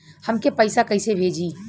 हमके पैसा कइसे भेजी?